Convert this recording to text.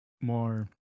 more